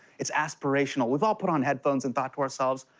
it's aspirational. we've all put on headphones and thought to ourselves,